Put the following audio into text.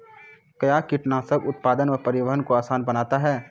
कया कीटनासक उत्पादन व परिवहन को आसान बनता हैं?